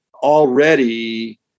Already